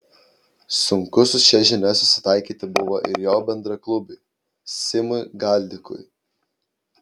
sunku su šia žinia susitaikyti buvo ir jo bendraklubiui simui galdikui